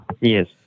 Yes